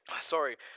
Sorry